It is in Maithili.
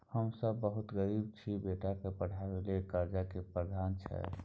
हम सब बहुत गरीब छी, बेटा के पढाबै के लेल कर्जा के की प्रावधान छै?